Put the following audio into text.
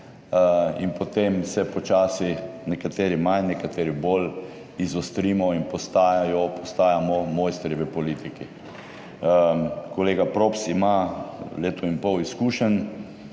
in potem se počasi, nekateri manj, nekateri bolj izostrimo in postajajo, postajamo mojstri v politiki. Kolega Props ima leto in pol izkušenj,